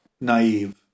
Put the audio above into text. naive